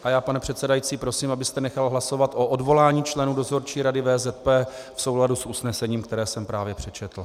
A já, pane předsedající, prosím, abyste nechal hlasovat o odvolání členů Dozorčí rady VZP v souladu s usnesením, které jsem právě přečetl.